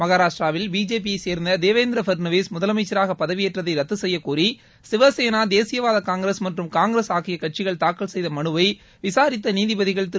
மகாராஷ்டிராவில் பிஜேபியை சோந்த தேவேந்திர பட்னாவிஸ் முதலமைச்சராக பதவியேற்றதை ரத்து செய்யக்கோரி சிவசேனா தேசியவாத காங்கிரஸ் மற்றும் காங்கிரஸ் ஆகிய கட்சிகள் தாக்கல் செய்த மனுவை விசாரித்த நீதிபதிகள் திரு